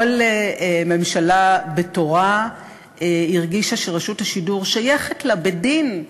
כל ממשלה בתורה הרגישה שרשות השידור שייכת לה בדין,